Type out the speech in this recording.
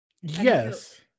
Yes